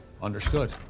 Understood